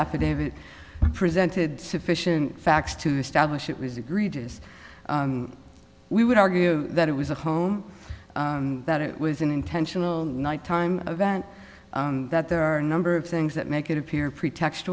affidavit presented sufficient facts to establish it was egregious we would argue that it was a home that it was an intentional nighttime event that there are a number of things that make it appear pretext